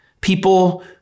People